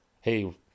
hey